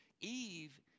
Eve